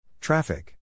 Traffic